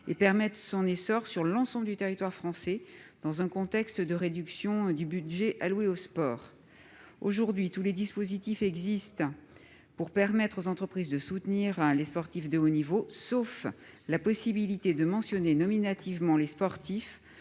et permettre cette insertion sur l'ensemble du territoire français, dans le contexte de réduction du budget alloué au sport. Aujourd'hui, de nombreux dispositifs existent pour permettre aux entreprises de soutenir les sportifs de haut niveau, sauf la possibilité de mentionner nominativement les sportifs